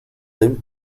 them